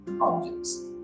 objects